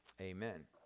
Amen